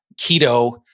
keto